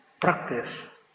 practice